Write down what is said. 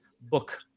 book